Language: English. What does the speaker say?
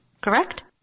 Correct